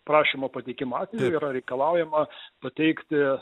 prašymo pateikimo ir yra reikalaujama pateikti